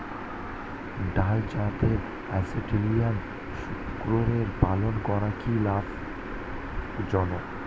ভাল জাতের অস্ট্রেলিয়ান শূকরের পালন করা কী লাভ জনক?